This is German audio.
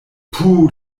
puh